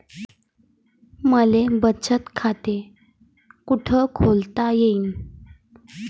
मले बचत खाते कुठ खोलता येईन?